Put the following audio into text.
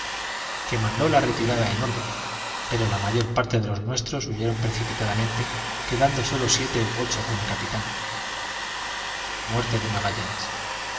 que mandó la retirada en orden pero la mayor parte de los nuestros huyeron precipitadamente quedando sólo siete u ocho con el capitán muerte de magallanes